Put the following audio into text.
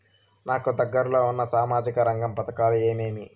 నాకు దగ్గర లో ఉన్న సామాజిక రంగ పథకాలు ఏమేమీ?